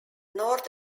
north